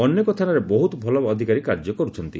ଅନେକ ଥାନାରେ ବହୁତ ଭଲ ଅଧିକାରୀ କାର୍ଯ୍ୟ କରୁଛନ୍ତି